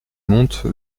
monte